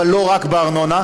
אבל לא רק בארנונה,